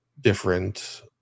different